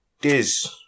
Diz